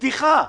בדיחה.